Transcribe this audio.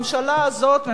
הממשלה הזאת,